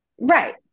Right